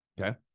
Okay